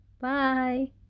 bye